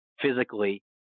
physically